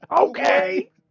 Okay